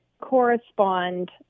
correspond